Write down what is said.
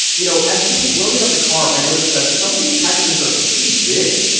you know, as she was loading up the car, i noticed that some of these packages are pretty big.